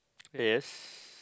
yes